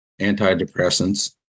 antidepressants